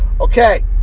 Okay